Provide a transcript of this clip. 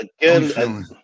again